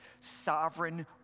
sovereign